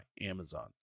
Amazon